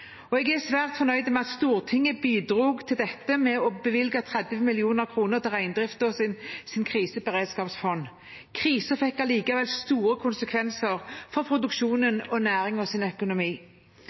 beitekrisen. Jeg er svært fornøyd med at Stortinget bidro til dette ved å bevilge 30 mill. kr til reindriftens kriseberedskapsfond. Krisen fikk allikevel store konsekvenser for produksjonen